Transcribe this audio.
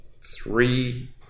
three